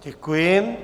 Děkuji.